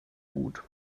gut